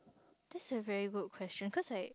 that's a very good question cause like